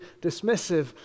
dismissive